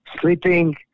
sleeping